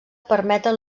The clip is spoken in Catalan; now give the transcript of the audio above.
permeten